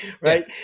right